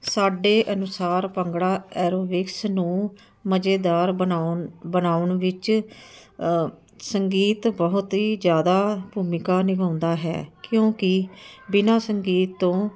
ਸਾਡੇ ਅਨੁਸਾਰ ਭੰਗੜਾ ਐਰੋਬਿਕਸ ਨੂੰ ਮਜ਼ੇਦਾਰ ਬਣਾਉਣ ਬਣਾਉਣ ਵਿੱਚ ਸੰਗੀਤ ਬਹੁਤ ਹੀ ਜ਼ਿਆਦਾ ਭੂਮਿਕਾ ਨਿਭਾਉਂਦਾ ਹੈ ਕਿਉਂਕਿ ਬਿਨ੍ਹਾਂ ਸੰਗੀਤ ਤੋਂ